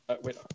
wait